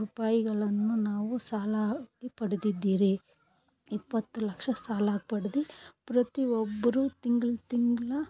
ರೂಪಾಯಿಗಳನ್ನು ನಾವು ಸಾಲ ಆಗಿ ಪಡೆದಿದ್ದಿರಿ ಇಪ್ಪತ್ತು ಲಕ್ಷ ಸಾಲ ಪಡ್ದು ಪ್ರತಿ ಒಬ್ಬರು ತಿಂಗ್ಳು ತಿಂಗ್ಳು